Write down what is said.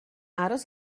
aros